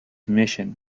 mission